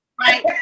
right